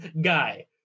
guy